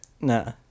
No